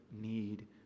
need